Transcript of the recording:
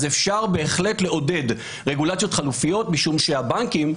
אז אפשר בהחלט לעודד רגולציות חלופיות משום שהבנקים,